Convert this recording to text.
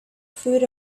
food